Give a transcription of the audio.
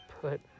put